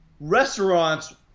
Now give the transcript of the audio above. restaurants